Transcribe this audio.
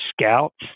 scouts